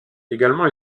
également